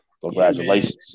Congratulations